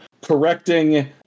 correcting